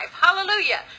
Hallelujah